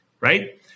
right